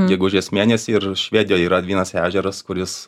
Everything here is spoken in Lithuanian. gegužės mėnesį ir švedijoj yra vienas ežeras kuris